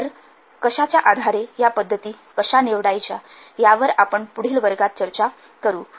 तर कशाच्या आधारे यापध्दती कशा निवडायच्या यावर आपण पुढील वर्गात चर्चा करु